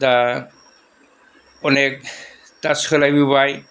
दा अनेख दा सोलायबोबाय